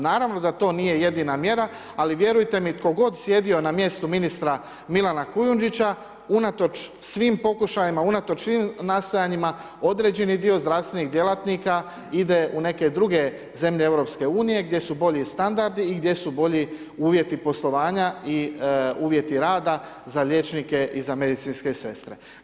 Naravno da to nije jedina mjera ali vjerujte mi tko god sjedio na mjestu ministra Milana Kujundžića unatoč svim pokušajima, unatoč svim nastojanjima određeni dio zdravstvenih djelatnika ide u neke druge zemlje EU gdje su bolji standardi i gdje su bolji uvjeti poslovanja i uvjeti rada za liječnike i za medicinske sestre.